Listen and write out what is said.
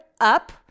up